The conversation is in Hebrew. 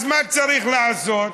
אז מה צריך לעשות?